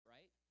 Right